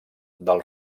del